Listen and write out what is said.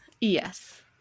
Yes